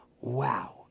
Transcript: Wow